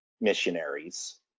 missionaries